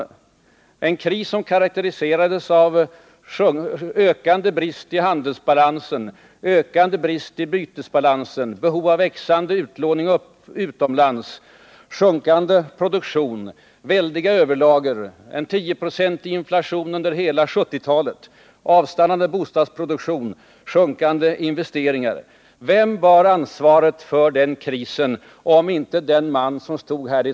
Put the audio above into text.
Det var en kris som karakteriserades av ökande brist i handelsbalansen, ökande brist i bytesbalansen, behov av växande upplåning utomlands, sjunkande produktion, väldiga överlager, en 10-procentig inflation under hela 1970-talet, avstannande bostadsproduktion och sjunkande investeringar.